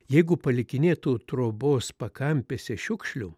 jeigu palikinėtų trobos pakampėse šiukšlių